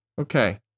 Okay